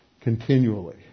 continually